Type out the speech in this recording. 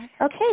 Okay